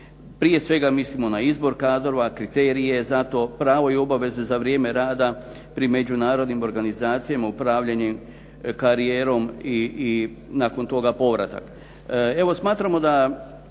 Prije svega mislimo na izbor kadrova, kriterije za to pravo i obaveze za vrijeme rada pri međunarodnim organizacijama, upravljanje karijerom i nakon toga povratak.